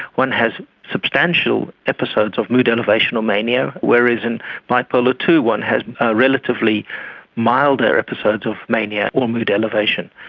one has substantial episodes of mood elevation or mania, whereas in bipolar two one has relatively milder episodes of mania or mood elevation.